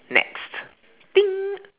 next thing